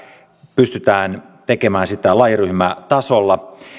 pystytään tekemään sitä lajiryhmätasolla